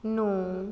ਨੂੰ